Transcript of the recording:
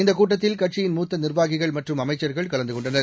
இந்த கூட்டத்தில் கட்சியின் மூத்த நிர்வாகிகள் மற்றும் அமைச்சர்கள் கலந்து கொண்டனர்